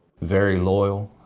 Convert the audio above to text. very loyal.